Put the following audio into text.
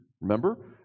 Remember